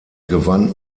gewann